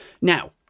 Now